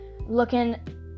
looking